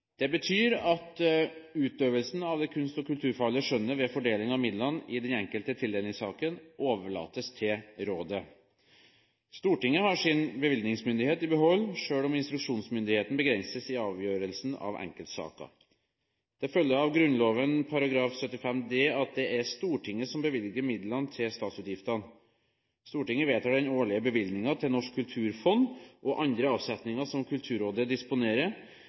Det betyr at utøvelsen av det kunst- og kulturfaglige skjønnet ved fordeling av midlene i den enkelte tildelingssaken overlates til rådet. Stortinget har sin bevilgningsmyndighet i behold, selv om instruksjonsmyndigheten begrenses i avgjørelsen av enkeltsaker. Det følger av Grunnloven § 75 d at det er Stortinget som bevilger midler til statsutgifter. Stortinget vedtar den årlige bevilgningen til Norsk kulturfond og andre avsetninger som Kulturrådet disponerer,